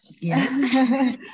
Yes